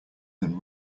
than